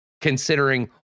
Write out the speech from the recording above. considering